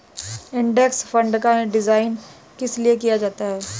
Index fund का design किस लिए किया गया है?